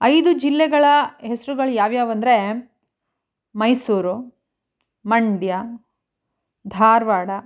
ಐದು ಜಿಲ್ಲೆಗಳ ಹೆಸರುಗಳು ಯಾವ್ಯಾವು ಅಂದರೆ ಮೈಸೂರು ಮಂಡ್ಯ ಧಾರವಾಡ